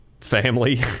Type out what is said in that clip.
family